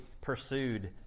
pursued